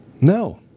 No